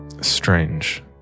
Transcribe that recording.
strange